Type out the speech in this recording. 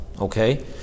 okay